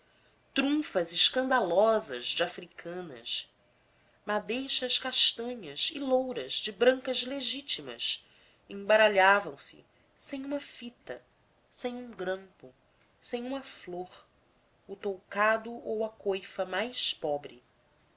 trunfas escandalosas de africanas madeixas castanhas e louras de brancas legítimas embaralhavam se sem uma fita sem um grampo sem uma flor o toucado ou a coifa mais pobre